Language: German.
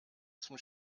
zum